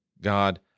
God